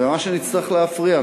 ובמה שנצטרך להפריע,